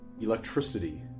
electricity